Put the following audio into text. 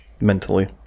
mentally